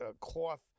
cloth